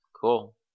cool